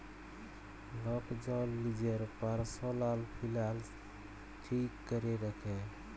lock জল লিজের পারসলাল ফিলালস ঠিক ক্যরে রাখে